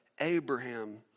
Abraham